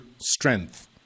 strength